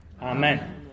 Amen